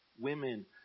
women